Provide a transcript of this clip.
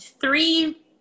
three